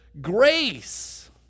grace